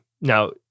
Now